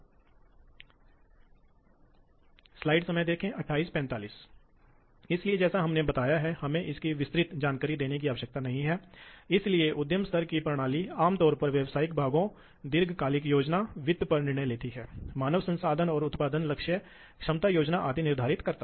इसी तरह overload क्षमता उदाहरण के लिए चार क्वाड्रेंट ऑपरेशन फीड ड्राइव क्योंकि उन्हें बहुत अच्छी स्थिति की सटीकता की आवश्यकता होती है जिसके लिए उन्हें हमेशा चार क्वाड्रेंट ऑपरेशन करने पड़ते हैं जबकि स्पिंडल ड्राइव्स के लिए आमतौर पर यह आवश्यक नहीं होता है कि उनके पास यूनिडायरेक्शनल मोशन हो वे दो चतुर्थांश गति हो सकते हैं